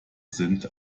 sind